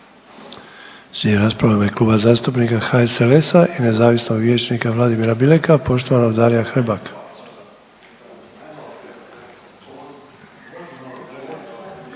Slijedi rasprava u ime Kluba zastupnika HSLS-a i nezavisnog vijećnika Vladimira Bileka poštovanog Daria Hrebaka.